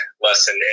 lesson